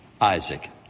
Isaac